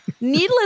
needless